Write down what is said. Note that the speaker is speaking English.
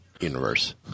universe